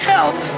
Help